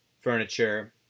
furniture